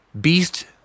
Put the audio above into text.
beast